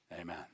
amen